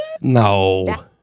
No